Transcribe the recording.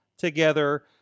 together